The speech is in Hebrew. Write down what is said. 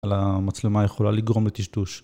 המצלמה יכולה לגרום לטשטוש .